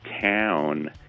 town